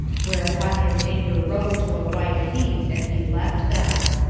whereupon his anger rose to a white heat, and he left them.